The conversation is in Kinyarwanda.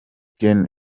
gen